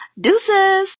Deuces